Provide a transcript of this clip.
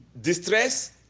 distress